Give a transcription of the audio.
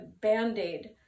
Band-Aid